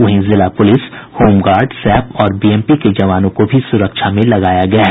वहीं जिला police home guard SAP और बीएमपी के जवानों को भी सुरक्षा में लगाया गया है